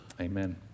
Amen